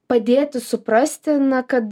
padėti suprasti na kad